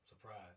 Surprise